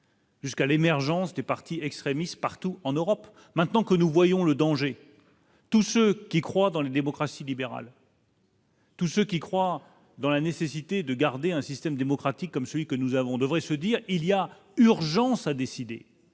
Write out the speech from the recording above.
Jusqu'à l'émergence des partis extrémistes partout en Europe, maintenant que nous voyons le danger tous ceux qui croient dans le Démocratie libérale. Tous ceux qui croient dans la nécessité de garder un système démocratique comme celui que nous avons devrait se dire, il y a urgence à décider,